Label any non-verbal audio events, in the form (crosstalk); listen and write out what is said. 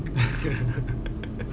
(laughs)